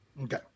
Okay